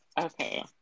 okay